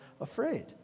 afraid